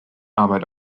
arbeit